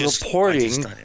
reporting